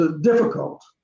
difficult